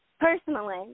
personally